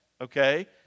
okay